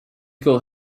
could